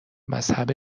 مذهب